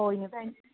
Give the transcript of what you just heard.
ਕੋਈ ਨਾ ਭੈਣ